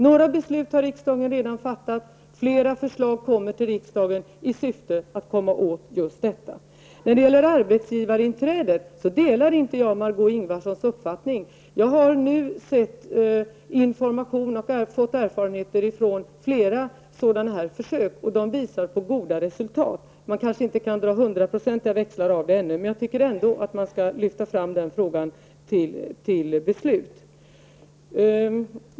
Några beslut har riksdagen redan fattat. Flera förslag kommer till riksdagen i detta syfte. När det gäller arbetsgivarinträde delar inte jag Margó Ingvardssons uppfattning. Jag har nu fått information och erfarenheter från flera sådana här försök, och de visar på goda resultat. Man kan kanske inte ännu dra hundraprocentiga växlar på detta, men jag tycker ändå att man skall lyfta fram den här frågan till beslut.